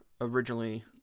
originally